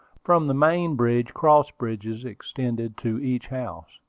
from the main bridge, cross bridges extended to each house.